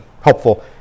helpful